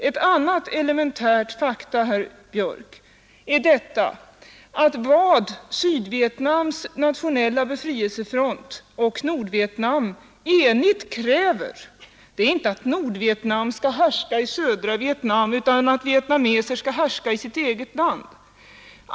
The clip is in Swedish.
Ett annat elementärt faktum, herr Björck, är att vad Sydvietnams nationella befrielsefront och Nordvietnam enigt kräver inte är att Nordvietnam skall härska i södra Nordvietnam utan att vietnameser skall härska i sitt eget land.